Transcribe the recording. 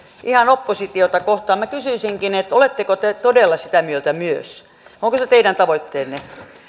ihan oppositiota kohtaan minä kysyisinkin oletteko te todella sitä mieltä myös onko se teidän tavoitteenne